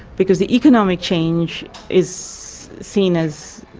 because the economic change is seen as,